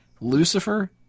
Lucifer